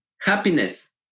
Happiness